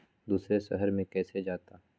दूसरे शहर मे कैसे जाता?